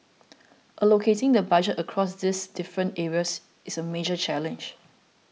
allocating the budget across these different areas is a major challenge